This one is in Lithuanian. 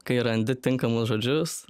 kai randi tinkamus žodžius